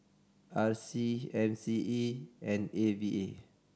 R C M C E and A V A